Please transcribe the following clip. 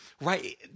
Right